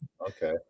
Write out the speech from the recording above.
Okay